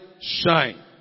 shine